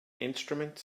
instrument